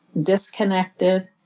disconnected